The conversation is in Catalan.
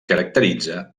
caracteritza